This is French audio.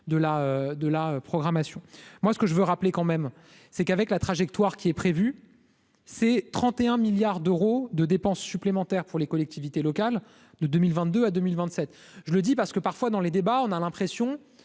de la programmation, moi ce que je veux rappeler, quand même, c'est qu'avec la trajectoire qui est prévu, c'est 31 milliards d'euros de dépenses supplémentaires pour les collectivités locales de 2022 à 2027, je le dis parce que parfois dans les débats, on a l'impression